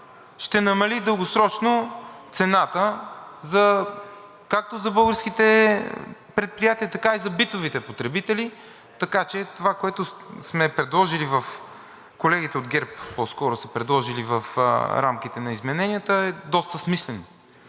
ще намали дългосрочно цената както за българските предприятия, така и за битовите потребители. Така че това, което сме предложили – колегите от ГЕРБ по-скоро са предложили в рамките на измененията, е доста смислено